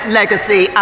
legacy